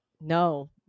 no